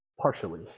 partially